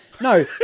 No